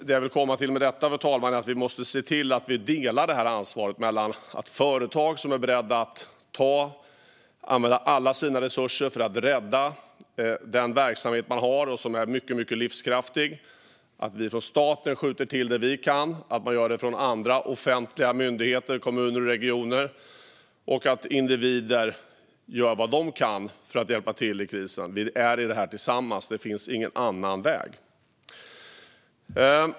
Det jag vill komma till med detta, fru talman, är att vi måste se till att ansvaret delas mellan företag som är beredda att använda alla sina resurser för att rädda sin mycket livskraftiga verksamhet, staten och andra offentliga myndigheter, kommuner och regioner som skjuter till det vi kan och individer som gör vad de kan för att hjälpa till i krisen. Vi befinner oss i det här tillsammans. Det finns ingen annan väg.